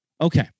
Okay